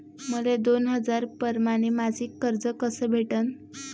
मले दोन हजार परमाने मासिक कर्ज कस भेटन?